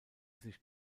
sich